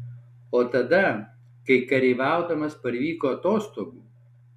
o tada kai kareiviaudamas parvyko atostogų